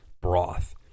broth